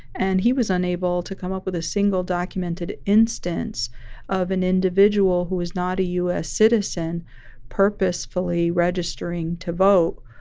and he was unable to come up with a single documented instance of an individual who is not a u s. citizen purposefully registering to vote,